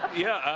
yeah,